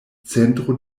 centro